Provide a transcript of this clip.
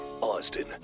Austin